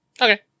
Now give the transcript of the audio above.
Okay